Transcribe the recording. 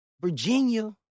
Virginia